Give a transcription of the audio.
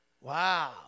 Wow